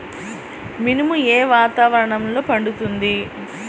మినుము ఏ వాతావరణంలో పండుతుంది?